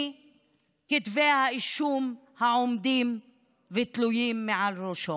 מכתבי האישום התלויים ועומדים מעל ראשו.